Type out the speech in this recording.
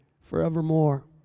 forevermore